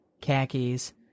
khakis